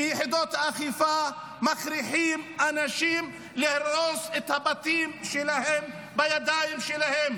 שיחידות האכיפה מכריחות אנשים להרוס את הבתים שלהם בידיים שלהם?